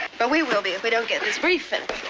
but we will be if we don't get this brief and